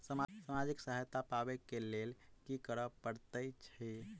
सामाजिक सहायता पाबै केँ लेल की करऽ पड़तै छी?